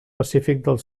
pacífic